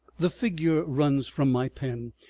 the figure runs from my pen.